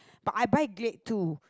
but I buy Glade too